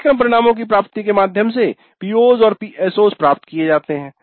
पाठ्यक्रम परिणामों की प्राप्ति के माध्यम से PO's और PSO's प्राप्त किए जाते हैं